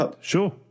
Sure